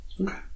Okay